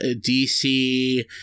DC